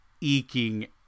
eking